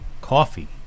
coffee